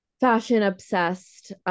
fashion-obsessed